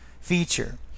feature